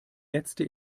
letzte